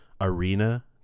arena